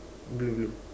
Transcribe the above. blue blue